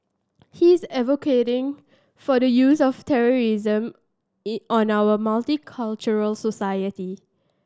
he is advocating for the use of terrorism in on our multicultural society